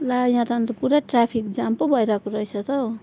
ला यहाँ त अन्त पुरा ट्राफिक जाम पो भइरहेको रहेछ त हौ